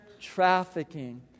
trafficking